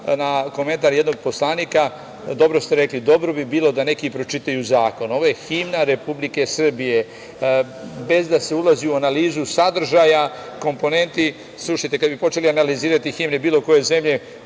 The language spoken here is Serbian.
na komentar jednog poslanika, dobro ste rekli – dobro bi bilo da neki pročitaju zakon. Ovo je himna Republike Srbije, bez da se ulazi u analizu sadržaja komponenti. Slušajte, kada bi počeli analizirati himnu bilo koje zemlje,